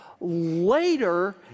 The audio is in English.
later